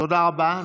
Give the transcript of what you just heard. תודה רבה.